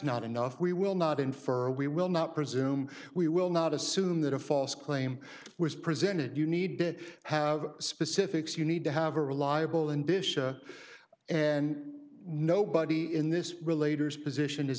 not enough we will not infer we will not presume we will not assume that a false claim was presented you need did have specifics you need to have a reliable and disha and nobody in this related position